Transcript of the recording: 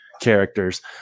characters